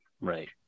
right